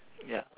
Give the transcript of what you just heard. ya